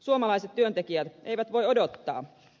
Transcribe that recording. suomalaiset työntekijät eivät voi odottaa